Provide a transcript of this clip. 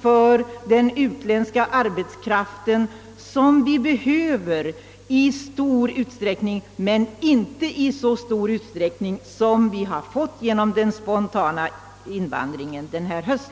för den utländska arbetskraften — vilken vi i stor utsträckning behöver, dock inte i den utsträckning som motsvaras av den spontana invandringen denna höst.